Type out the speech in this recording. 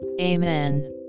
Amen